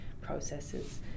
processes